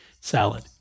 salad